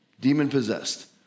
Demon-possessed